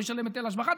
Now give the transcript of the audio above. לא ישלם היטל השבחה,